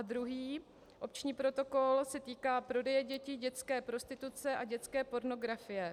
Druhý opční protokol se týká prodeje dětí, dětské prostituce a dětské pornografie.